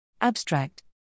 Abstract